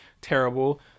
terrible